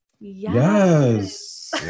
Yes